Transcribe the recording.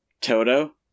Toto